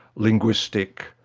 linguistic,